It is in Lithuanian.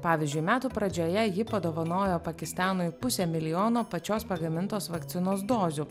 pavyzdžiui metų pradžioje ji padovanojo pakistanui pusę milijono pačios pagamintos vakcinos dozių